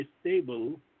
stable